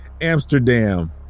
Amsterdam